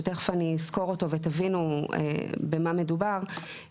שתיכף אני אסקור אותו ותבינו במה מדובר,